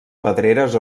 pedreres